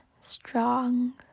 strong